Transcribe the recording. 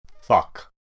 Fuck